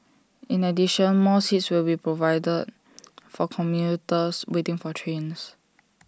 in addition more seats will be provided for commuters waiting for trains